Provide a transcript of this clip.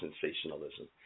sensationalism